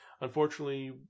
Unfortunately